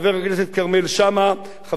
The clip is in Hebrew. חברת הכנסת אנסטסיה מיכאלי,